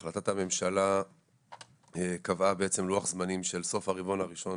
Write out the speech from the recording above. החלטת הממשלה קבעה לוח זמנים של סוף הרבעון הראשון